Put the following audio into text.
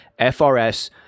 FRS